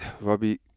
Robbie